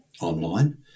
online